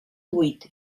huit